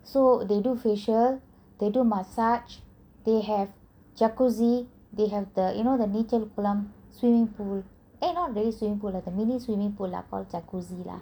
so they do facial they do massage they have jacuzzi they have the you know the நீச்சல் குளம்:neechal kulam swimming pool eh not really swimming pool the mini swimming pool called jacuzzi lah